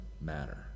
matter